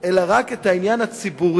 אלא רק את העניין הציבורי,